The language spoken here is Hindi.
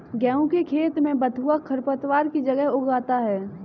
गेहूँ के खेत में बथुआ खरपतवार की तरह उग आता है